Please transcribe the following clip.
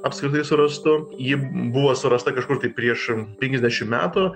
apskritai surastų ji buvo surasta kažkur tai prieš penkiasdešimt metų